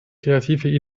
kreative